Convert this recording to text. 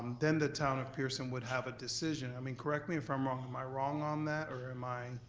then the town of pearson would have a decision. i mean correct me if i'm wrong. am i wrong on that, or am i?